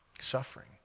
suffering